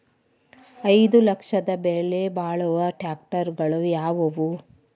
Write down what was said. ಐದು ಲಕ್ಷದ ಬೆಲೆ ಬಾಳುವ ಟ್ರ್ಯಾಕ್ಟರಗಳು ಯಾವವು?